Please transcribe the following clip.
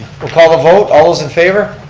we'll call a vote, all those in favor.